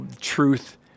truth